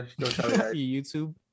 youtube